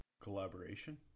Collaboration